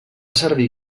servir